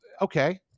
Okay